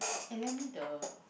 eh lend me the